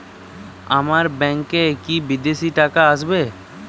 আমার ব্যংকে কি বিদেশি টাকা আসবে?